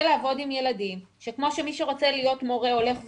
לעבוד עם ילדים שכמו שמי שרוצה להיות מורה הולך ולומד,